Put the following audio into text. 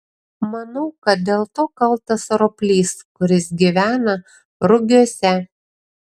manau kad dėl to kaltas roplys kuris gyvena rugiuose